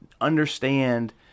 understand